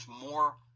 more